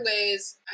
ways